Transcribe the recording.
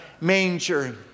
manger